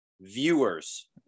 Viewers